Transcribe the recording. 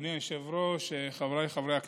אדוני היושב-ראש, חבריי חברי הכנסת,